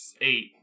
eight